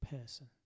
person